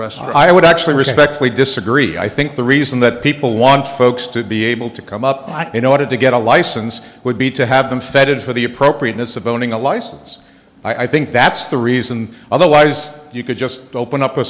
hour i would actually respectfully disagree i think the reason that people want folks to be able to come up in order to get a license would be to have them fed it for the appropriateness of owning a license i think that's the reason otherwise you could just open up a